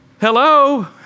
Hello